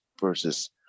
versus